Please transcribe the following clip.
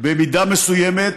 במידה מסוימת,